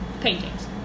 Paintings